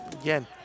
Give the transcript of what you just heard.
Again